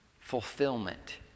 fulfillment